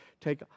take